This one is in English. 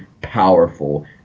powerful